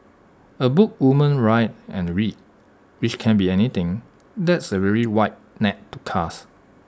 A book women write and read which can be anything that's A really wide net to cast